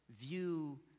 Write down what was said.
view